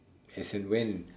as and when